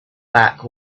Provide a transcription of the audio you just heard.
back